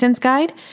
guide